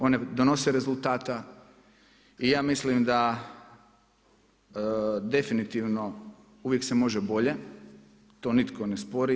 One donose rezultata i ja mislim da definitivno uvijek se može bolje to nitko ne spori.